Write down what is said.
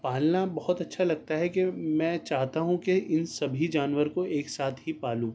پالنا بہت اچھتا لگتا ہے کہ میں چاہتا ہوں کہ ان سبھی جانور کو ایک ساتھ ہی پالوں